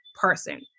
person